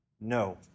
No